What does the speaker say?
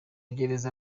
gereza